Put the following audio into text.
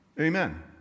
Amen